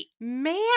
Man